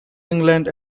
england